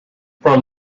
from